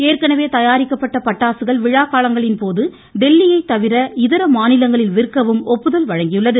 ஏற்கனவே தயாரிக்கப்பட்ட பட்டாசுகள் விழாக்காலங்களின்போது டெல்லியை தவிர இதர மாநிலங்களில் விற்கவும் ஒப்புதல் வழங்கியுள்ளது